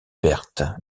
pertes